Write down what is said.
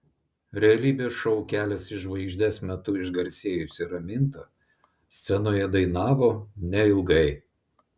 realybės šou kelias į žvaigždes metu išgarsėjusi raminta scenoje dainavo neilgai